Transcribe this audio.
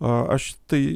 aš tai